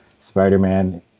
spider-man